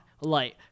light